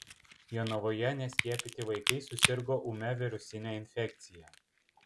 jonavoje neskiepyti vaikai susirgo ūmia virusine infekcija